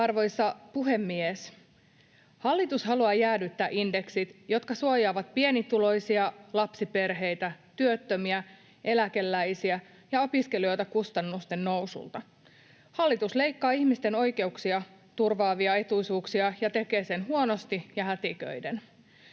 Arvoisa puhemies! Hallitus haluaa jäädyttää indeksit, jotka suojaavat pienituloisia, lapsiperheitä, työttömiä, eläkeläisiä ja opiskelijoita kustannusten nousulta. Hallitus leikkaa ihmisten oikeuksia turvaavia etuisuuksia ja tekee sen huonosti ja hätiköiden.